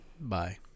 Bye